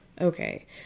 Okay